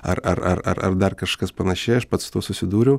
ar ar ar ar ar dar kažkas panašiai aš pats su tuo susidūriau